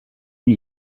une